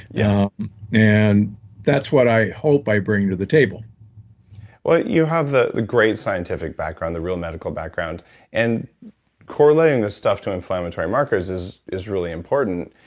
yeah and that's what i hope i bring to the table well, you have the the great scientific background, the real medical background and correlating this stuff to inflammatory markers is is really important.